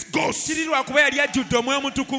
Ghost